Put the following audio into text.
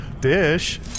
Dish